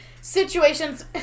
situations